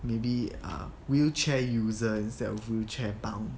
maybe err wheelchair user instead of wheelchair bound